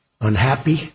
unhappy